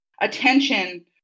attention